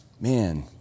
man